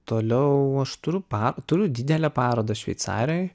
toliau aš turiu pa turiu didelę parodą šveicarijoj